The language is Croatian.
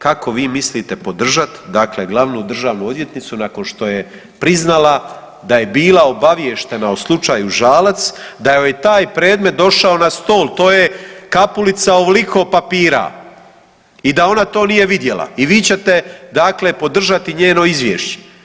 Kako vi mislite podržat dakle glavnu državnu odvjetnicu nakon što je priznala da je bila obavještena o slučaju Žalac da joj je taj predmet došao na stol, to je Kapulica ovoliko papira i da ona to nije vidjela i vi ćete dakle podržati njeno izvješće.